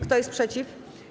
Kto jest przeciw?